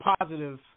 positive